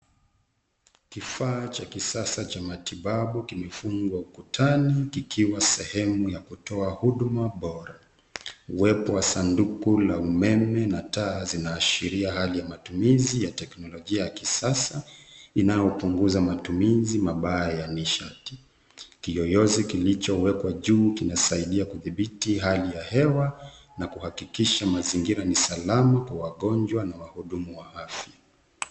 Kifaa cha kisasa cha matibabu kimefungwa ukutani kikiwa sehemu ya kutoa huduma bora. Uwepo wa sanduku la umeme na taa zinaashiria hali ya matumizi ya teknolojia ya kisasa inayopunguza matumizi mabaya ya nishati. Kiyoyozi kilichowekwa juu kinasaidia kudhibiti hali ya hewa na kuhakikisha mazingira ni salama Kwa wagonjwa na wahudumu wa afya.